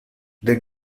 their